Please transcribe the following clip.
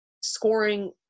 scoring